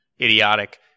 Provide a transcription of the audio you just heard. idiotic